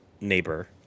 neighbor